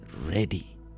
ready